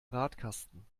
radkasten